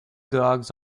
dogs